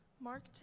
Mark